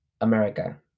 America